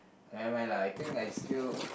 never mind lah I think I still